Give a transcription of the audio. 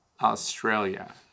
Australia